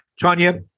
Tanya